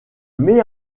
met